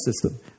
system